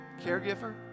caregiver